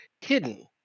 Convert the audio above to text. hidden